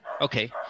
Okay